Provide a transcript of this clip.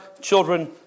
children